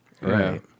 Right